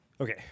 Okay